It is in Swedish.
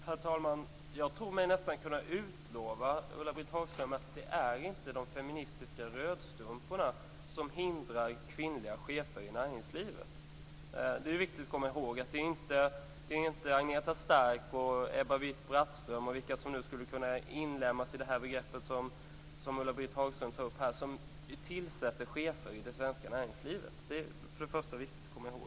Herr talman! Jag tror mig nästan kunna lova Ulla Britt Hagström att det inte är de feministiska rödstrumporna som hindrar kvinnliga chefer i näringslivet. Det är viktigt att komma ihåg att det inte är Agneta Stark eller Ebba Witt-Brattström, eller vem som nu skulle kunna inlemmas i det begrepp som Ulla Britt Hagström tar upp, som tillsätter chefer i det svenska näringslivet. Det är för det första viktigt att komma ihåg.